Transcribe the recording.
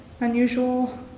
unusual